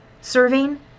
serving